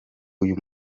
uyu